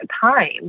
time